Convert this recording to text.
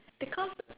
because